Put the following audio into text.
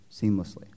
seamlessly